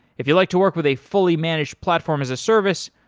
if you like to work with a fully managed platform as a service,